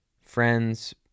Friends